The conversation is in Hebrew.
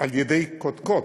על-ידי קודקוד